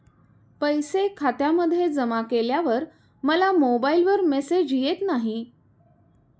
पैसे खात्यामध्ये जमा केल्यावर मला मोबाइलवर मेसेज येत नाही?